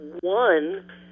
One